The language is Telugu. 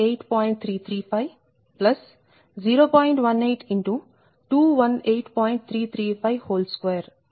00352 300 40 x 218